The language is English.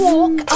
Walk